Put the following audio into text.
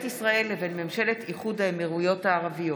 ישראל לבין ממשלת איחוד האמירויות הערביות.